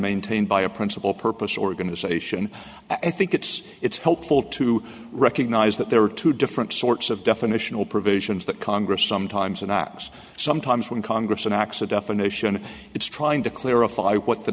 maintained by a principle purpose organization i think it's it's helpful to recognize that there are two different sorts of definitional provisions that congress sometimes and acts sometimes when congress enacts a definition it's trying to clarify what the